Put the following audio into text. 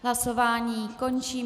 Hlasování končím.